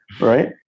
Right